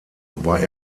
war